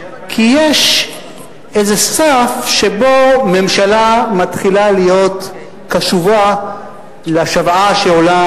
כי יש איזה סף שבו ממשלה מתחילה להיות קשובה לשוועה שעולה,